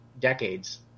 decades